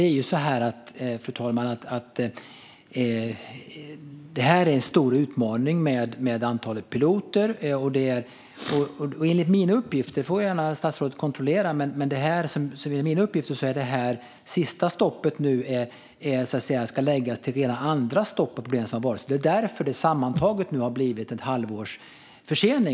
Fru talman! Det här med antalet piloter är en stor utmaning. Enligt mina uppgifter ska det sista stoppet läggas till det andra stopp som har varit. Det är därför det sammantaget nu har blivit ett halvårs försening.